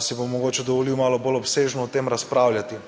si bom mogoče dovolil malo bolj obsežno o tem razpravljati.